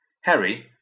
Harry